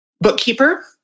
bookkeeper